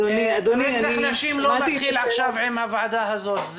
רצח נשים לא מתחיל עכשיו עם הוועדה הזאת.